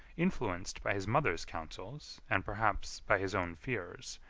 influenced by his mother's counsels, and perhaps by his own fears,